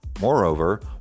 Moreover